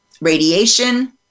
radiation